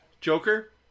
Joker